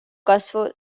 kasvu